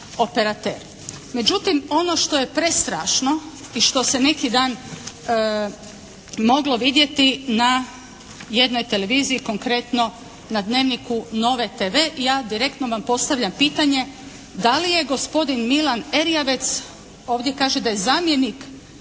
Međutim ono što je prestrašno i što se neki dan moglo vidjeti na jednoj televiziji, konkretno na "Dnevniku" Nove TV, ja direktno vam postavljam pitanje da li je gospodin Milan Erjavec, ovdje kaže da je zamjenik glavnog